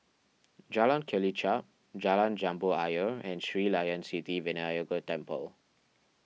Jalan Kelichap Jalan Jambu Ayer and Sri Layan Sithi Vinayagar Temple